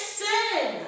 sin